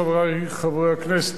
חברי חברי הכנסת,